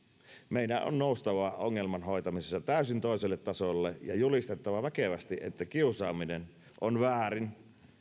meidän on noustava ongelman hoitamisessa täysin toiselle tasolle ja julistettava väkevästi että kiusaaminen on väärin